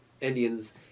Indians